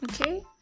Okay